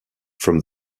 from